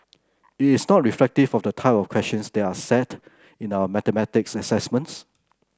it is not reflective for the type of questions that are set in our mathematics assessments